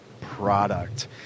product